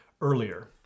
Earlier